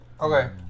Okay